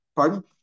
Pardon